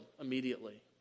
immediately